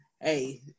Hey